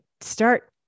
start